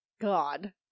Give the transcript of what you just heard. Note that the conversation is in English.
god